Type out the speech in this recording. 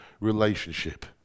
relationship